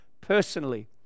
personally